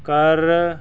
ਕਰ